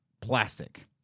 plastic